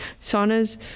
Saunas